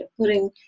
putting